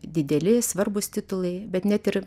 dideli svarbūs titulai bet net ir